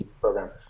program